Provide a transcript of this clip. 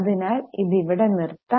അതിനാൽ ഇത് ഇവിടെ നിർത്താം